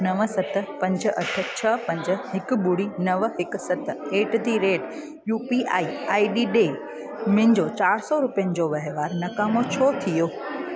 नव सत पंज अठ छह पंज हिकु ॿुड़ी नव हिकु सत at the rate U P I ID डे मुंहिंजो चारि सौ रुपियनि जो वहिंवार नाकाम छो थियो